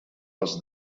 was